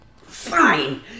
Fine